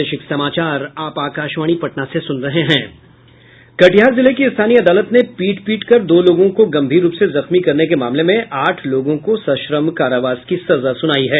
कटिहार जिले की स्थानीय अदालत ने पीट पीट कर दो लोगों को गंभीर रूप से जख्मी करने के मामले में आठ लोगों को सश्रम कारावास की सजा सुनायी है